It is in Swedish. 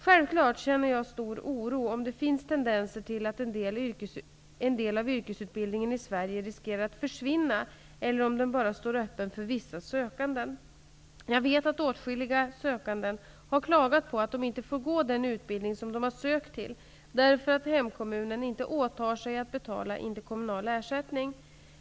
Självklart känner jag stor oro, om det finns tendenser till att en del av yrkesutbildningen i Sverige riskerar att försvinna eller om den bara står öppen för vissa sökande. Jag vet att åtskilliga sökande har klagat på att de inte får gå den utbildning som de har sökt till, därför att hemkommunen inte åtar sig att betala interkommunal ersättning.